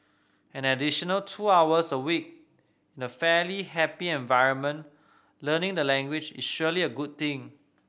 an additional two hours a week in a fairly happy environment learning the language is surely a good thing